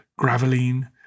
Graveline